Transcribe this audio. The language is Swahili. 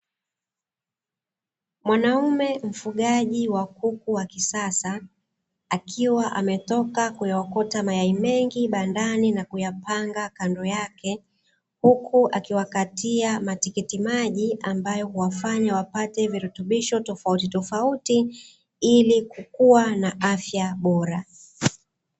Mwanamume mfugaji wa kuku wa kisasa akiwa ametoka kuyaokota mayai mengi bandani na kuyapanga kando yake, huku akiwakatia matikiti maji ambayo huwafanya wapate virutubisho tofautitofauti ili kukua na afya bora.